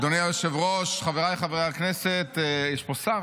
אדוני היושב-ראש, חבריי חברי הכנסת, יש פה שר?